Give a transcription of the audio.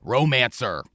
Romancer